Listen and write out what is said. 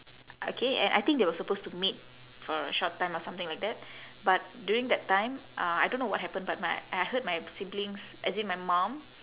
okay and I think they were supposed to meet for a short time or something like that but during that time uh I don't know what happened but my I heard my siblings as in my mom